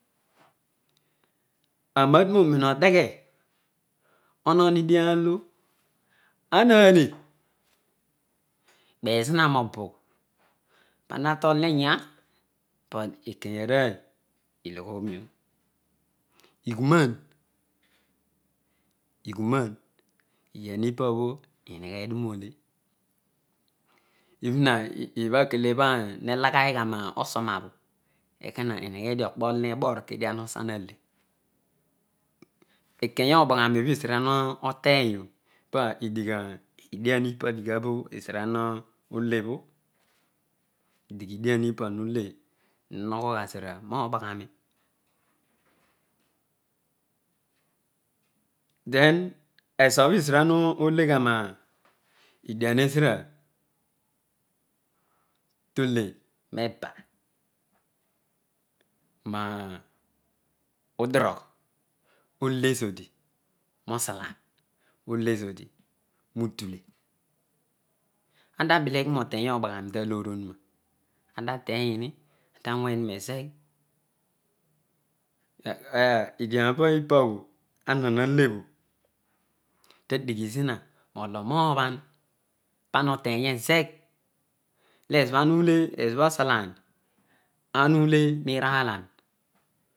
Aarol matumorumodeghe onon edian olo arale beiezrina mobugh pone tatolini ayagh but ikaya arooy iloghoio ighumaan ighunaan idian ipabho meghedio nole eve ibhabho helokiagha misonabho okpolo nebor kedia ana usa male ikeya obaaha olo ezra moteny poedighediobh ezira mole obho mehogha zira mooberghami then ezobho ezira lolegha nedian obho tezira abho tolemeba, ole zodi nudule amtabeleko noteny obaghami taloor obho to wuna amtatenyiin amta weni ne zegh ediony ipabho oh ana male bho tadeghi zina movol omoophan pana oteny ezegh lo ezobho ana ule merala